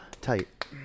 tight